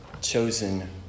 chosen